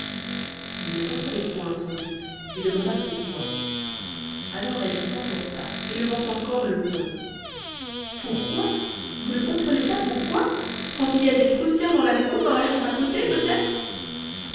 il ne comprenait point sans doute et demanda pourquoi alors elle s'emporta élevant encore le ton pourquoi vous ne comprenez pas pourquoi quand il y a des prussiens dans la maison dans la chambre à côté peut-être